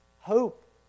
hope